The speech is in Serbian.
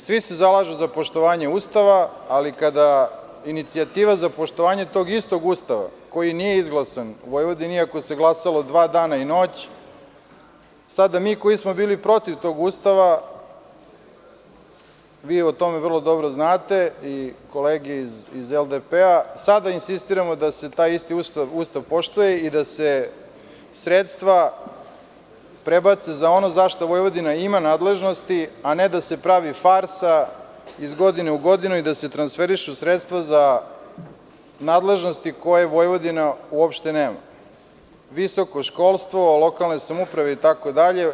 Svi se zalažu za poštovanje Ustava, ali kada inicijativa za poštovanje tog istog Ustava koji nije izglasan Vojvodini, iako se glasalo dva dana i noć, sada mi koji smo bili protiv tog Ustava, vi o tome vrlo dobro znate i kolege iz LDP, sada insistiramo da se taj isti Ustav poštuje i da se sredstva prebace za ono za šta Vojvodina ima nadležnosti, a ne da se pravi farsa iz godine u godinu i da se transferišu sredstva za nadležnosti koje Vojvodina uopšte nema, visoko školstvo, lokalne samouprave, itd.